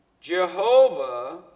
Jehovah